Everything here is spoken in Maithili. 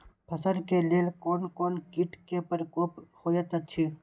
फसल के लेल कोन कोन किट के प्रकोप होयत अछि?